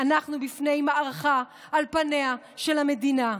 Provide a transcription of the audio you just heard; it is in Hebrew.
אנחנו בפני מערכה על פניה של המדינה,